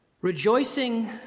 Rejoicing